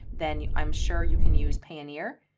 then i'm sure you can use payoneer.